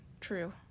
True